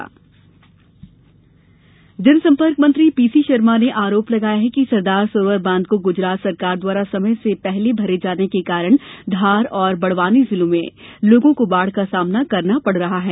बाढ़ आरोप जनसंपर्क मंत्री पीसी शर्मा ने आरोप लगाया है कि सरदार सरोवर बांध को गुजरात सरकार द्वारा समय से पहले भरे जाने के कारण धार एवं बड़वानी जिले में लोगों को बाढ़ का सामना करना पड़ रहा है